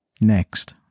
next